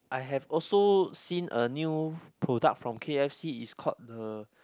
I have also seen a new product from k_f_c it's called the